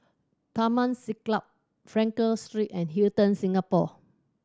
Taman Siglap Frankel Street and Hilton Singapore